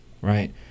right